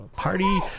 party